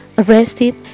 arrested